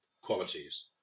qualities